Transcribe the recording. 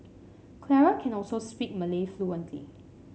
Clara can also speak Malay fluently